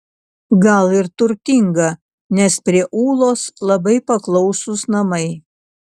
gal ir turtinga nes prie ūlos labai paklausūs namai